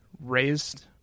raised